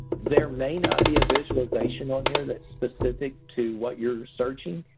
there may not be a visualization on here that's specific to what you're researching.